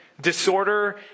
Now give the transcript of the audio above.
Disorder